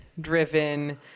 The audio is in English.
driven